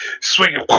swinging